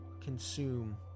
consume